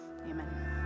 amen